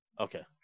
Okay